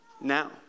Now